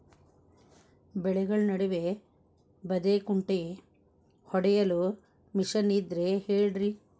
ಬೆಳೆಗಳ ನಡುವೆ ಬದೆಕುಂಟೆ ಹೊಡೆಯಲು ಮಿಷನ್ ಇದ್ದರೆ ಹೇಳಿರಿ